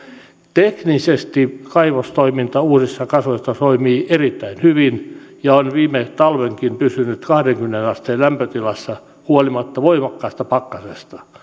teknisesti kaivostoiminta uusissa kasoissa toimii erittäin hyvin ja on viime talvenkin pysynyt kahteenkymmeneen asteen lämpötilassa huolimatta voimakkaasta pakkasesta